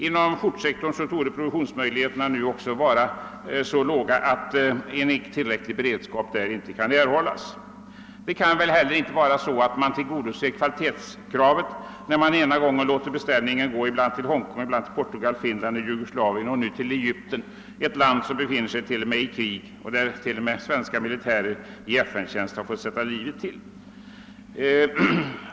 Inom skjortsektorn torde produktionsmöjligheterna nu vara så låga att tillräcklig beredskap inte kan upprätthållas. Det kan heller inte vara så att man tillgodoser kvalitetskravet, när man ibland låter beställningarna gå till Hongkong, ibland till Portugal, Finland, Jugoslavien och nu till Egypten, ett land som till och med befinner sig i krig och där svenska militärer i FN-tjänst fått sätta livet till.